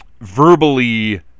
verbally